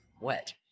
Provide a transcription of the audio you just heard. wet